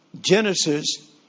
Genesis